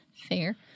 fair